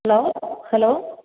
hello hello